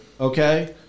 okay